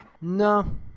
No